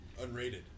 Unrated